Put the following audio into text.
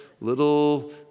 little